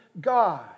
God